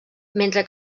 mentre